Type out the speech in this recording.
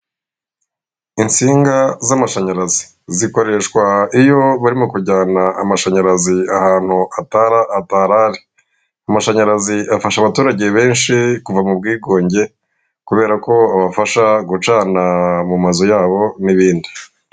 Insinga z'amashanyarazi, zikoreshwa iyo barimo kujyana amashanyarazi ahantu atari ari. Amashanyarazi afasha abaturage benshi kuva mu bwigunge, kubera ko abafasha gucana mu mazu yabo n'ibindi.